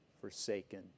forsaken